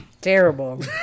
Terrible